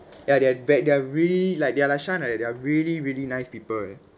ya they are ba~ they are really like they're like shan there they are really really nice people eh